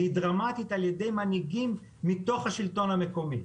והיא דרמטית על ידי מנהיגים מתוך השלטון המקומי,